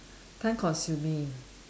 time consuming